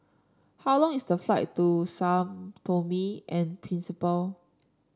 how long is the flight to Sao Tomy and Principe